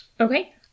Okay